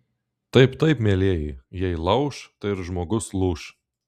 taip taip mielieji jei lauš ir žmogus lūš